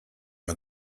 man